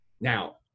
Now